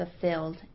fulfilled